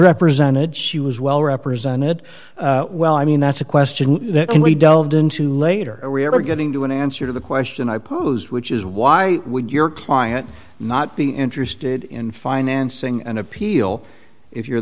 represented she was well represented well i mean that's a question that can we delved into later are we ever getting to an answer to the question i posed which is why would your client not be interested in financing an appeal if you're